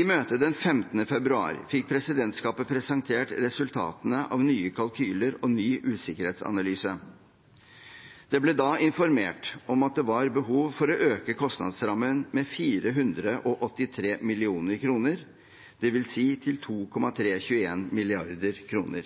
I møtet den 15. februar fikk presidentskapet presentert resultatene av nye kalkyler og ny usikkerhetsanalyse. Det ble da informert om at det var behov for å øke kostnadsrammen med 483 mill. kr, dvs. til